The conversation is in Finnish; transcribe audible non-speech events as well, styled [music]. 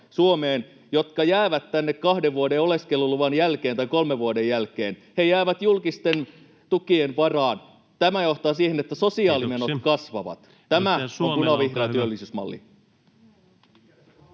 jotka jäävät tänne kahden vuoden oleskeluluvan jälkeen tai kolmen vuoden jälkeen. He jäävät julkisten tukien varaan. [noise] Tämä johtaa siihen, että sosiaalimenot kasvavat. [Puhemies: Kiitoksia!]